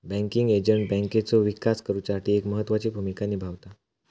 banking agent बँकेचो विकास करुच्यासाठी एक महत्त्वाची भूमिका निभावता